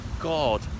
God